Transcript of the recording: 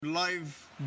Live